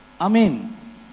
Amen